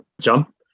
jump